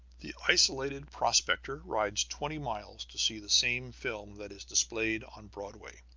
the isolated prospector rides twenty miles to see the same film that is displayed on broadway.